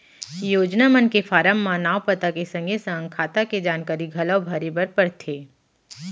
योजना मन के फारम म नांव, पता के संगे संग खाता के जानकारी घलौ भरे बर परथे